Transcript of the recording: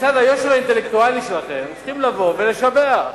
בצד היושר האינטלקטואלי שלכם צריכים לבוא ולשבח.